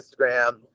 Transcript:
Instagram